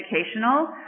educational